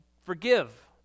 forgive